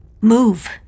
Move